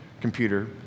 computer